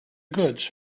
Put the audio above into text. goods